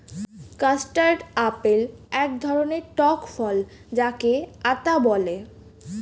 custard apple এক ধরণের টক ফল যাকে আতা বলে